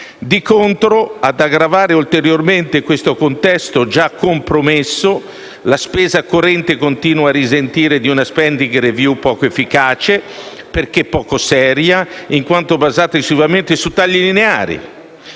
Di contro, ad aggravare ulteriormente questo contesto già compromesso, la spesa corrente continua a risentire di una *spending review* poco efficace, perché poco seria, in quanto basata esclusivamente su tagli lineari.